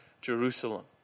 Jerusalem